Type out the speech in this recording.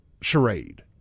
charade